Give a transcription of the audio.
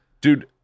Dude